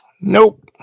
Nope